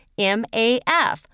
MAF